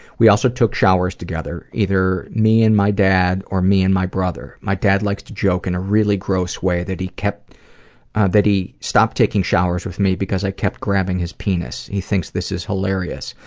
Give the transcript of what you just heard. we also took showers together, either me and my dad or me and my brother. my dad likes to joke in a really gross way that he kept that he stopped taking showers with me because i kept grabbing his penis. he thinks this is hilarious,